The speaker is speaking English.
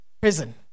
prison